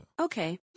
okay